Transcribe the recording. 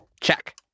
Check